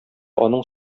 аның